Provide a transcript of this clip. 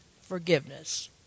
forgiveness